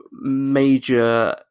major